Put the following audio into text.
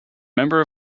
member